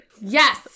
Yes